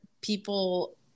people